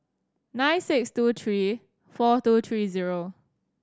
nine six two three four two three zero